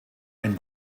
ein